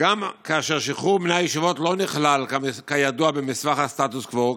שגם כאשר שחרור בני הישיבות לא נכלל כידוע במסמך הסטטוס קוו,